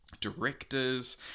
directors